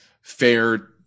fair